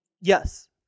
yes